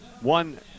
one